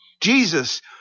Jesus